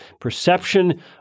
perception